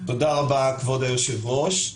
תודה רבה כבוד היושב ראש.